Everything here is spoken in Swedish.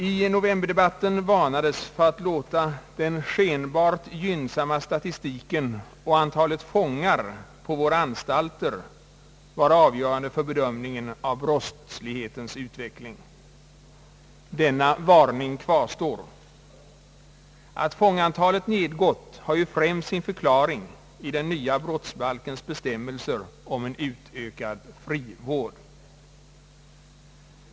I novemberdebatten varnades för att låta den skenbart gynnsamma statistiken om antalet fångar på våra anstalter vara avgörande för bedömningen av brottslighetens utveckling. Denna varning kvarstår. Att fångantalet nedgått har främst sin förklaring i den nya brottsbalkens bestämmelser om en utökad frivård.